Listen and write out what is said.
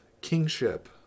kingship